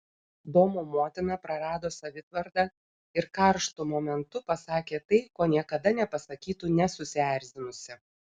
domo motina prarado savitvardą ir karštu momentu pasakė tai ko niekada nepasakytų nesusierzinusi